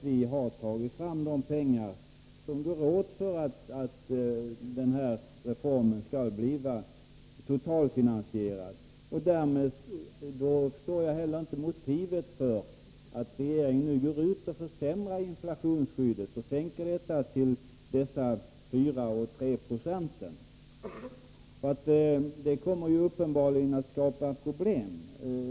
Vi har tagit fram de pengar som behövs för att reformen skall bli totalfinansierad. Då förstår jag inte motivet till att regeringen försämrar inflationsskyddet och sänker det till 4,3 90. Uppenbarligen kommer detta att skapa problem.